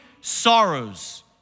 sorrows